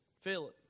Philip